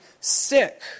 sick